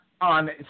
on